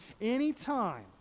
Anytime